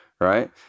right